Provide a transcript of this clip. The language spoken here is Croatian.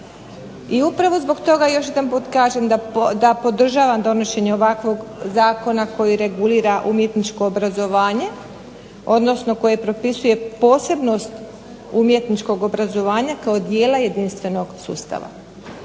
I upravo zbog toga još jedanput kažem da podržavam donošenje ovakvog zakona koji regulira umjetničko obrazovanje, odnosno koje propisuje posebnost umjetničkog obrazovanja kao dijela jedinstvenog sustava.